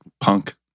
punk